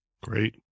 Great